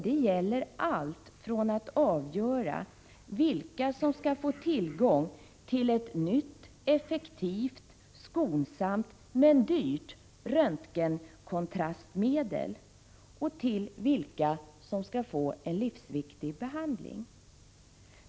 Det gäller allt — från att avgöra vilka som skall få tillgång till ett nytt, effektivt, skonsamt men dyrt röntgenkontrastmedel till att avgöra vilka som skall få en livsviktig behandling.